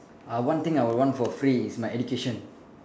uh one thing I would want for free is my education